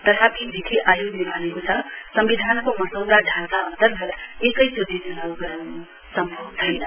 तथापि विधि आयोगले भनेको छ सम्विधानको मसौदा ढाँचा अन्तर्गत एकैचोटि चुनाउ गराउन् सम्भाव छैन